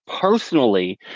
personally